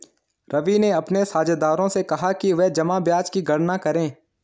रवि ने अपने साझेदारों से कहा कि वे जमा ब्याज की गणना करें